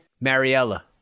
Mariella